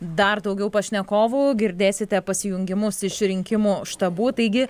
dar daugiau pašnekovų girdėsite pasijungimus iš rinkimų štabų taigi